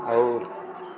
ଆଉ